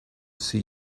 see